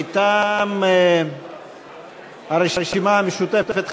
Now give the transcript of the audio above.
מטעם הרשימה המשותפת,